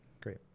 Great